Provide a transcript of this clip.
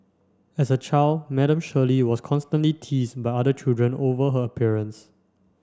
as a child Madam Shirley was constantly teased by other children over her appearance